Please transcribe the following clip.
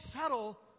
settle